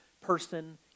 person